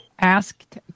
asked